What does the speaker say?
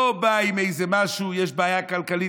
לא שאם יש איזו בעיה כלכלית,